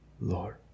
Lord